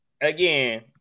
again